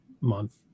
month